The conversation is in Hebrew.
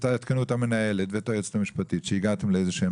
תעדכנו את המנהלת ואת היועצת המשפטית שהגעתם לאיזה שהן